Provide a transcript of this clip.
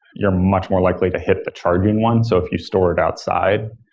you're much more likely to hit the charging one. so if you store it outside,